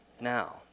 now